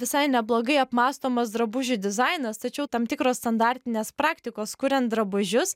visai neblogai apmąstomas drabužių dizainas tačiau tam tikros standartinės praktikos kurian drabužius